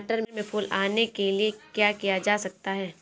मटर में फूल आने के लिए क्या किया जा सकता है?